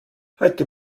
heute